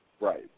right